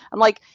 i'm like,